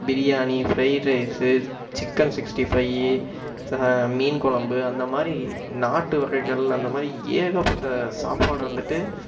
biryani fried rice chicken sixty five மீன் குழம்பு அந்த மாதிரி நாட்டு வகைகளில் அந்த மாதிரி ஏகப்பட்ட சாப்பாடு வந்துவிட்டு